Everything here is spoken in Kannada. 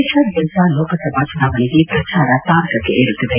ದೇಶಾದ್ಯಂತ ಲೋಕಸಭಾ ಚುನಾವಣೆಗೆ ಪ್ರಚಾರ ತಾರಕಕ್ಕೆ ಏರುತ್ತಿದೆ